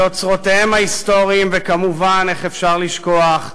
לאוצרותיהם ההיסטוריים, וכמובן, איך אפשר לשכוח,